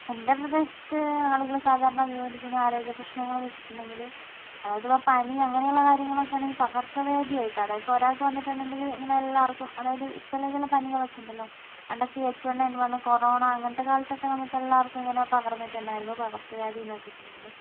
എൻ്റെ പ്രദേശത്ത് ആളുകൾ സാധാരണ അഭിമുഖീകരിക്കുന്ന ആരോഗ്യ പ്രശ്നങ്ങളെന്ന് വച്ചിട്ടുണ്ടെങ്കിൽ അതായത് ഇപ്പോൾ പനി അങ്ങനെയുള്ള കാര്യങ്ങളൊക്കെയാണെങ്കിൽ പകർച്ച വ്യാധിയായിട്ടാണ് അതിപ്പോൾ ഒരാൾക്കു വന്നിട്ടുണ്ടെങ്കിൽ ഇങ്ങനെ എല്ലാവർക്കും അതായത് ചില ചില പനികളൊക്കെയുണ്ടല്ലോ പണ്ടൊക്കെ ഈ H one N one corona അങ്ങനത്തെ കാലത്തൊക്കെ നമുക്കെല്ലാവർക്കും ഇങ്ങനെ പകർന്നിട്ടുണ്ടായിരുന്നു പകർച്ച വ്യാധിയെന്നു വച്ചിട്ടുണ്ടെങ്കിൽ